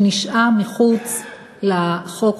שנשארו מחוץ לחוק,